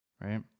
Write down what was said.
right